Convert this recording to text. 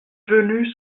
venus